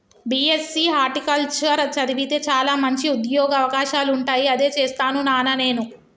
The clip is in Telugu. బీ.ఎస్.సి హార్టికల్చర్ చదివితే చాల మంచి ఉంద్యోగ అవకాశాలుంటాయి అదే చేస్తాను నానా నేను